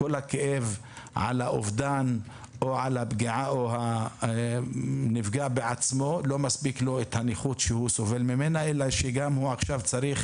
כל הכאב על האובדן ועל הפגיעה והנכות של הנפגע בעצמו אלא שעכשיו הוא צריך